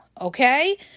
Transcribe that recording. okay